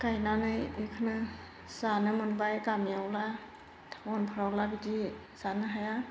गायनानै बेखौनो जानो मोनबाय गामियावला टाउनफोरावला बिदि जानो हाया